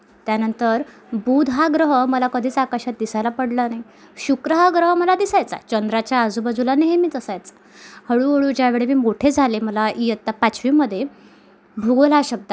त्यानंतर बुध हा ग्रह मला कधीच आकाशात दिसायला पडला नाही शुक्र हा ग्रह मला दिसायचा चंद्राच्या आजूबाजूला नेहमीच असायचा हळूहळू ज्यावेळी मी मोठे झाले मला इयत्ता पाचवीमधे भूगोल हा शब्द आले